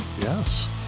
Yes